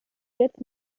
jetzt